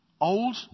Old